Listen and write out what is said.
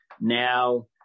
Now